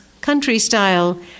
country-style